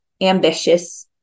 ambitious